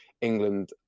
England